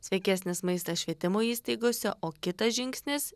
sveikesnis maistas švietimo įstaigose o kitas žingsnis